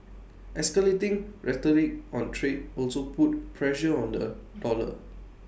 escalating rhetoric on trade also put pressure on the dollar